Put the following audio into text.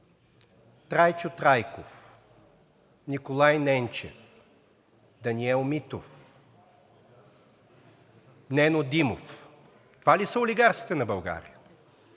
Трайчо Трайков, Николай Ненчев, Даниел Митов, Нено Димов. Това ли са олигарсите на България?